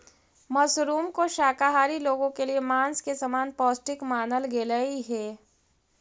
mushroom को शाकाहारी लोगों के लिए मांस के समान पौष्टिक मानल गेलई हे